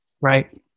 Right